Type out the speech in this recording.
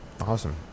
Awesome